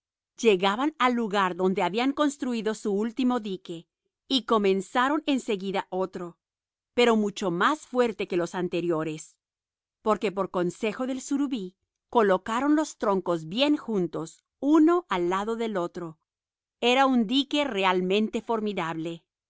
llegaban al lugar donde habían construido su último dique y comenzaron en seguida otro pero mucho más fuerte que los anteriores porque por consejo del surubí colocaron los troncos bien juntos uno al lado del otro era un dique realmente formidable